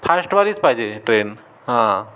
फास्टवालीच पाहिजे ट्रेन हां